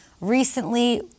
recently